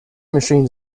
machines